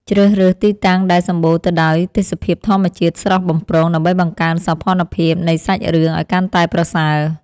ជ្រើសរើសទីតាំងដែលសម្បូរទៅដោយទេសភាពធម្មជាតិស្រស់បំព្រងដើម្បីបង្កើនសោភ័ណភាពនៃសាច់រឿងឱ្យកាន់តែប្រសើរ។